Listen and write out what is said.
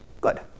Good